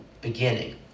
beginning